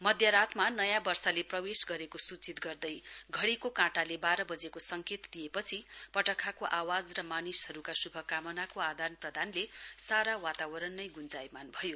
मध्यरातमा नयाँ वर्षले प्रवेश गरेको सूचित गर्दै घडीको काँटाले बाह्र बजेको सङ्केत दिएपछि पटखाको आवाज र मानिसहरूका शुभकामनाको आदान प्रदानले सारा वातावरणनै गुञ्जयमान भयो